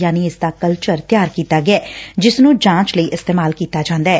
ਯਾਨੀ ਇਸ ਦਾ ਕਲਚਰ ਤਿਆਰ ਕੀਤਾ ਗਿਐ ਜਿਸ ਨੂੰ ਜਾੱਚ ਲਈ ਇਸਤੇਮਾਲ ਕੀਤਾ ਜਾਂਦੈ